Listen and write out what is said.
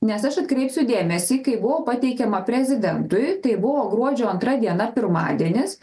nes aš atkreipsiu dėmesį kai buvo pateikiama prezidentui tai buvo gruodžio antra diena pirmadienis